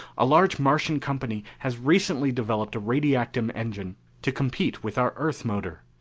a large martian company has recently developed a radiactum engine to compete with our earth motor.